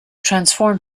transform